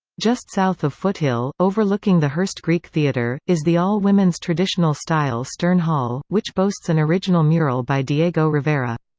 just south of foothill, overlooking the hearst greek theatre, is the all-women's traditional-style stern hall, which boasts an original mural by diego rivera.